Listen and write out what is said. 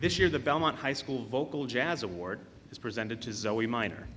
this year the belmont high school vocal jazz award is presented to zoe minor